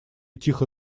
тихо